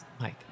Mike